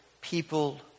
people